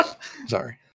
Sorry